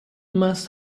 must